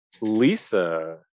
Lisa